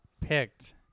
picked